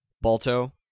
Balto